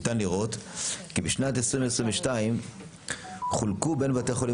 ניתן לראות כי בשנת 2022 חולקו בין בתי החולים